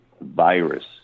virus